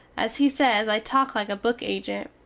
as he sez i talk like a book agent.